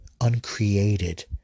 uncreated